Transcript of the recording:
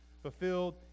fulfilled